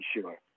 sure